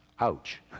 ouch